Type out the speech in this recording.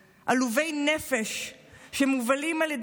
נוכחת, חבר הכנסת יבגני סובה, אינו נוכח.